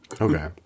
Okay